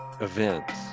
events